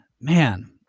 man